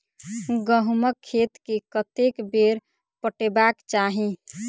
गहुंमक खेत केँ कतेक बेर पटेबाक चाहि?